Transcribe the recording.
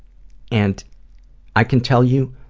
and i can tell you